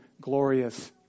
glorious